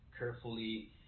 Carefully